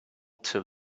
till